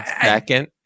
second